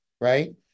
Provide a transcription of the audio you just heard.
right